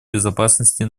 безопасности